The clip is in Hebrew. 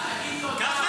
תגיד לי, מה זה?